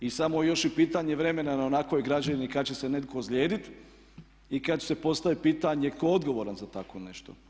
I samo je još i pitanje vremena na onakvoj građevini kad će se netko ozlijediti i kad će se postaviti pitanje tko je odgovoran za tako nešto.